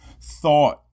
thought